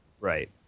Right